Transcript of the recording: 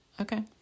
okay